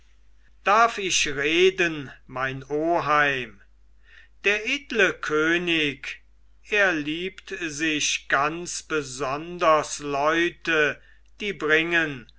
darf ich reden mein oheim der edle könig er liebt sich ganz besonders leute die bringen